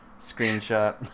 screenshot